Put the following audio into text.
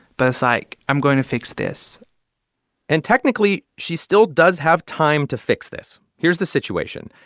but it's like, i'm going to fix this and technically, she still does have time to fix this. here's the situation.